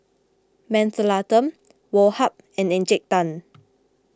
Mentholatum Woh Hup and Encik Tan